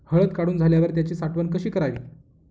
हळद काढून झाल्यावर त्याची साठवण कशी करावी?